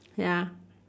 ya